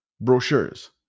brochures